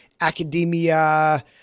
academia